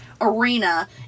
Arena